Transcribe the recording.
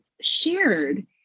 shared